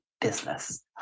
business